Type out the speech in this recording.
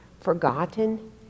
forgotten